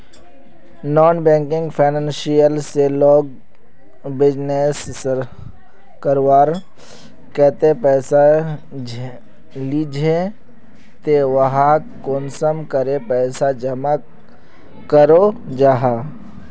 Non banking financial से लोग business करवार केते पैसा लिझे ते वहात कुंसम करे पैसा जमा करो जाहा?